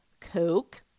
Coke